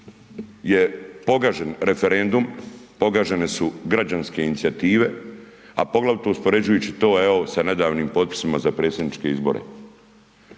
je pogažen referendum, pogažene su građanske inicijative a poglavito uspoređujući to evo sa nedavnim potpisima za predsjedniče izbore.